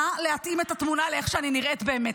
נא להתאים את התמונה לאיך שאני נראית באמת,